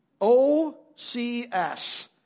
OCS